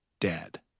dad